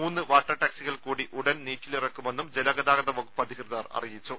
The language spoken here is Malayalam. മൂന്ന് വാട്ടർ ടാക്സികൾ കൂടി ഉടൻ നീറ്റീലിറക്കുമെന്ന് ജലഗതാഗത വകുപ്പ് അറിയിച്ചു